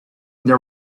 there